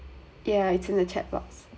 yeah it's in the chat box okay so